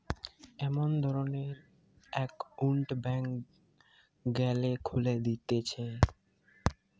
এমন ধরণের একউন্ট ব্যাংকে গ্যালে খুলে দিতেছে